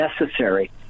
necessary